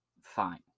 Fine